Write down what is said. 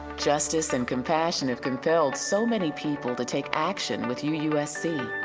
justice and compassion have compelled so many people to take action with u usc.